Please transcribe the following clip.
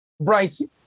Bryce